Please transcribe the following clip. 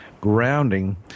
grounding